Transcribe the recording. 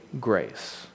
grace